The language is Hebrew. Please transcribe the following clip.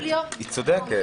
היא צודקת.